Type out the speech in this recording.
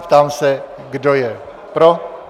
Ptám se, kdo je pro?